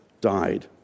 died